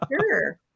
Sure